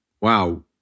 wow